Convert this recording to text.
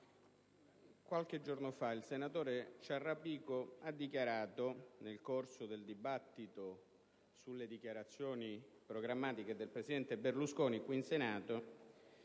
qualche giorno fa il senatore Ciarrapico ha affermato, nel corso del dibattito sulle dichiarazioni programmatiche del presidente del Consiglio Berlusconi qui in Senato,